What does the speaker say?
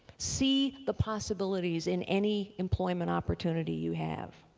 see the possibilities in any employment opportunity you have.